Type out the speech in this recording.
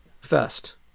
first